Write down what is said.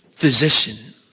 physician